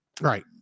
Right